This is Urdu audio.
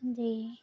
جی